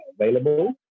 available